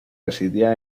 residía